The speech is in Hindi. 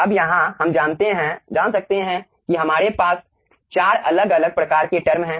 अब यहाँ हम जान सकते हैं कि हमारे पास 4 अलग अलग प्रकार के टर्म हैं